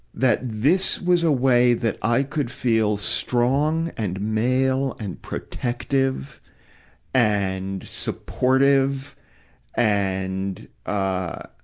that this was a way that i could feel strong and male and protective and supportive and, ah,